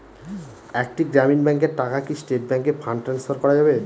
একটি গ্রামীণ ব্যাংকের টাকা কি স্টেট ব্যাংকে ফান্ড ট্রান্সফার করা যাবে?